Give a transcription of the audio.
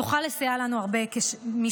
תוכל לסייע לנו הרבה משם.